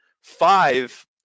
five